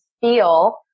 feel